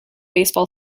baseball